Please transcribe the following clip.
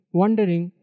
wondering